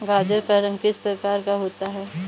गाजर का रंग किस प्रकार का होता है?